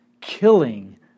killing